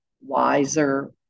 wiser